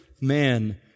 man